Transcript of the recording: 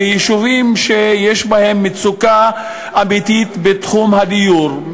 ביישובים שיש בהם מצוקה אמיתית בתחום הדיור,